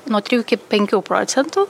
nuo trijų iki penkių procentų